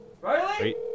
Riley